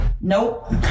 nope